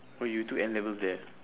oh you took N-levels there